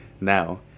now